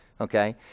okay